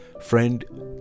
friend